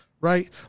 Right